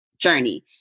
journey